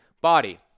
body